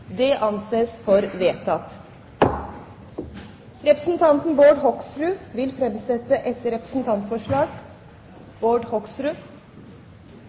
Representanten Bård Hoksrud vil framsette et representantforslag.